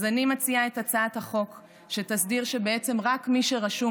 אז אני מציעה את הצעת החוק שתסדיר שבעצם רק מי שרשום